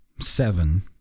seven